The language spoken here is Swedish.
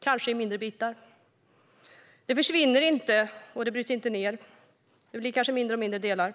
kanske i mindre bitar. Plasten försvinner inte, och den bryts inte ned. Det blir kanske bara mindre och mindre delar.